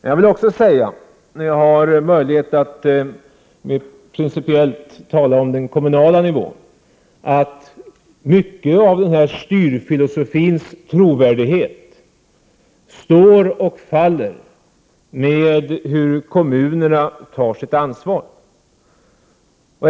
När jag nu har möjlighet att mer principiellt tala om den kommunala nivån, vill jag säga att mycket av denna styrfilosofis trovärdighet står och faller med hur kommunerna tar sitt ansvar.